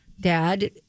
Dad